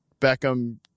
Beckham